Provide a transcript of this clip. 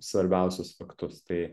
svarbiausius faktus tai